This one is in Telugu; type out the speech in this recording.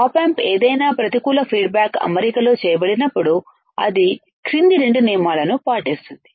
op amp ఏదైనా ప్రతికూల ఫీడ్బ్యాక్ అమరికలో చేయబడినప్పుడు అది క్రింది రెండు నియమాలను పాటిస్తుంది